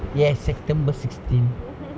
yes september sixteen